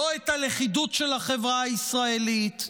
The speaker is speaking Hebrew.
לא את הלכידות של החברה הישראלית,